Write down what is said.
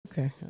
Okay